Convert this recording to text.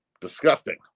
disgusting